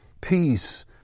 peace